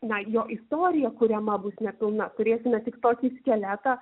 na jo istorija kuriama bus nepilna turėsime tik tokį skeletą